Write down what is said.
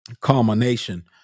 culmination